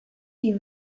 die